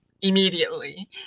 immediately